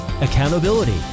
accountability